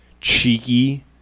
cheeky